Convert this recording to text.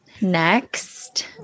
Next